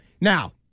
Now